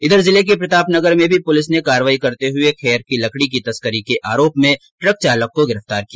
इधर जिले के प्रताप नगर में भी पुलिस ने कार्रवाई करते हुए खैर की लकड़ी की तस्करी के आरोप में ट्रक चालक को गिरफ्तार किया